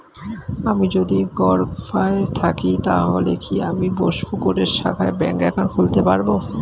আমি যদি গরফায়ে থাকি তাহলে কি আমি বোসপুকুরের শাখায় ব্যঙ্ক একাউন্ট খুলতে পারবো?